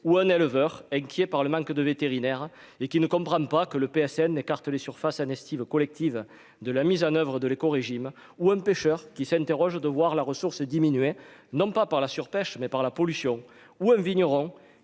ou un éleveur inquiet par le manque de vétérinaires et qui ne comprend pas que le PSN écarte les surfaces année Steve collective de la mise en oeuvre de l'éco-régime ou un pêcheur qui s'interrogent, de voir la ressource diminuer non pas par la surpêche mais par la pollution ou un vigneron